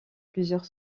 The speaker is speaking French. plusieurs